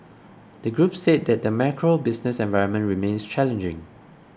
the group said that the macro business environment remains challenging